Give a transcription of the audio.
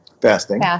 Fasting